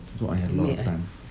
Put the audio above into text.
duit ah